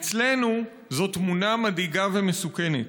אצלנו זו תמונה מדאיגה ומסוכנת.